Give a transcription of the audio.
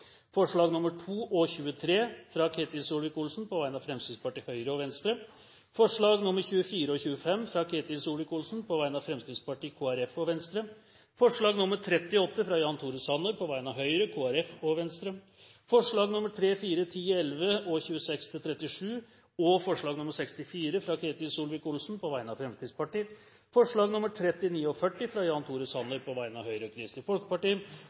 forslag. Det er: forslagene nr. 1, 9 og 16–22, fra Ketil Solvik-Olsen på vegne av Fremskrittspartiet, Høyre, Kristelig Folkeparti og Venstre forslagene nr. 2 og 23, fra Ketil Solvik-Olsen på vegne av Fremskrittspartiet, Høyre og Venstre forslagene nr. 24 og 25, fra Ketil Solvik-Olsen på vegne av Fremskrittspartiet, Kristelig Folkeparti og Venstre forslag nr. 38, fra Jan Tore Sanner på vegne av Høyre, Kristelig Folkeparti og Venstre forslagene nr. 3, 4, 10, 11, 26–37 og 64, fra Ketil Solvik-Olsen på vegne av Fremskrittspartiet forslagene nr. 39 og 40, fra Jan